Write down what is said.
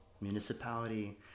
municipality